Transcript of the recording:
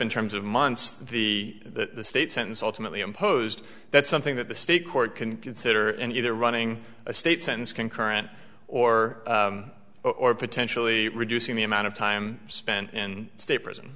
in terms of months that the the state sentence ultimately imposed that's something that the state court can get siddur and you are running a state sentence concurrent or or potentially reducing the amount of time spent in state prison